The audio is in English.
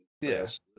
Yes